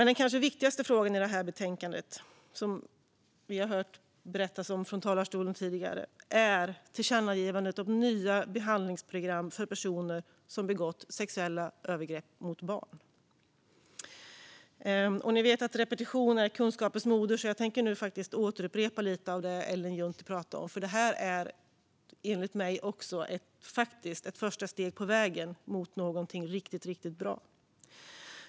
Den kanske viktigaste frågan i betänkandet är dock tillkännagivandet om nya behandlingsprogram för personer som begått sexuella övergrepp mot barn. Ni vet att repetition är kunskapens moder, och jag tänkte nu upprepa lite av det som Ellen Juntti talade om. Enligt mig är det vi nu föreslår ett första steg på vägen mot något riktigt bra.